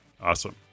awesome